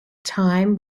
time